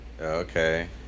Okay